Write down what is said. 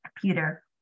computer